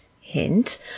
hint